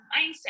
mindset